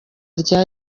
rya